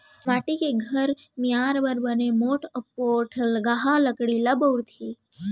माटी के घर मियार बर बने मोठ अउ पोठलगहा लकड़ी ल बउरथे